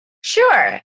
Sure